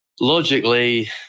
logically